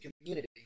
community